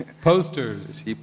posters